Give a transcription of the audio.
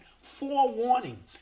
forewarning